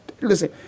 listen